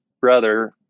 brother